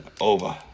Over